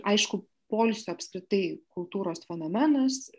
aišku poilsio apskritai kultūros fenomenas